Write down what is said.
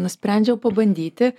nusprendžiau pabandyti